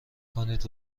کنید